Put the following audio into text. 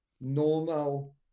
normal